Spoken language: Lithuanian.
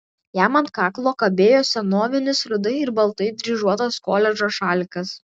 jam ant kaklo kabėjo senovinis rudai ir baltai dryžuotas koledžo šalikas